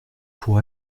pour